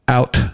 Out